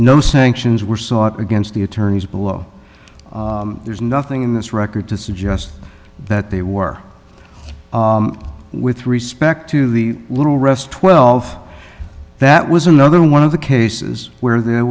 no sanctions were sought against the attorneys below there's nothing in this record to suggest that they were with respect to the little rest twelve that was another one of the cases where there